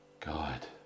God